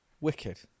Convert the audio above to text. wicked